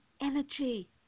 energy